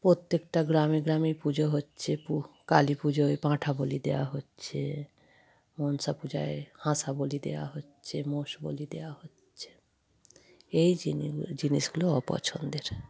প্রত্যেকটা গ্রামে গ্রামেই পুজো হচ্ছে পুহ কালী পুজোয় পাঁঠা বলি দেওয়া হচ্ছে মনসা পূজায় হাঁস বলি দেওয়া হচ্ছে মোষ বলি দেওয়া হচ্ছে এই জিনি জিনিসগুলো অপছন্দের